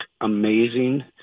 amazing